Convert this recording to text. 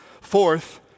Fourth